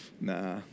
Nah